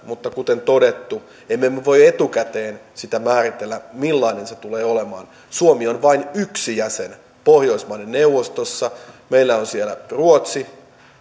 mutta kuten todettu emme me voi etukäteen sitä määritellä millainen se tulee olemaan suomi on vain yksi jäsen pohjoismaiden neuvostossa meillä on siellä ruotsi